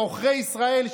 עוכרי ישראל,